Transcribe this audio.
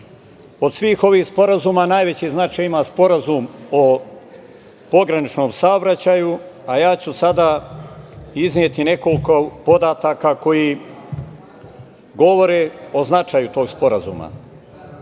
svih ovih sporazuma najveći značaj ima Sporazum o pograničnom saobraćaju, a ja ću sada izneti nekoliko podataka koji govore o značaju tog sporazuma.